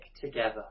together